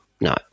no